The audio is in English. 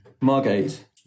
margate